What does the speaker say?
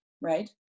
Right